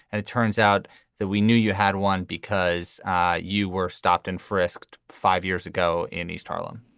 and it turns out that we knew you had one because you were stopped and frisked five years ago in east harlem